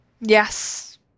Yes